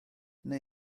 neu